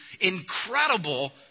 incredible